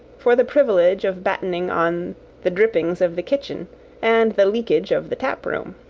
for the privilege of battening on the drippings of the kitchen and the leakage of the tap-room.